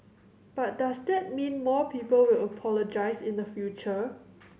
but does that mean more people will apologise in the future